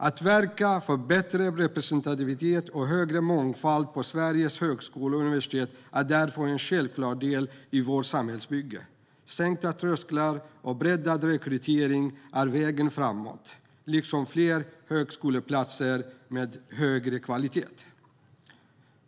Att verka för bättre representativitet och större mångfald på Sveriges högskolor och universitet är därför en självklar del i vårt samhällsbygge. Sänkta trösklar och breddad rekrytering är vägen framåt, liksom fler högskoleplatser med högre kvalitet.